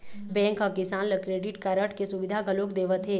bank ह किसान ल क्रेडिट कारड के सुबिधा घलोक देवत हे